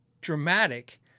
dramatic